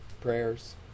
prayers